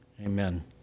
Amen